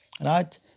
right